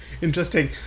Interesting